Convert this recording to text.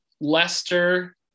Leicester